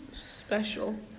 special